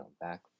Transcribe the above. back